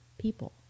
people